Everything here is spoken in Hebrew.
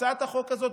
בהצעת החוק הזאת,